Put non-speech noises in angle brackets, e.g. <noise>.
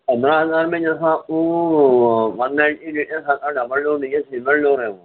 پندرہ ہزار میں جو ہے وہ one ninety litre <unintelligible> double door نہیں سنگل ڈور ہے وہ